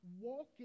walking